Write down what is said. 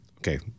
Okay